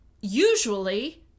usually